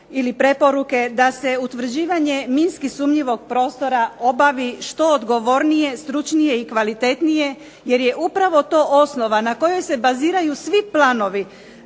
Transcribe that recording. ili preporuke da se utvrđivanje minski sumnjivog prostora obavi što odgovornije, stručnije i kvalitetnije jer je upravo to osnova na kojoj se baziraju svi planovi